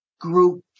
group